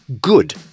good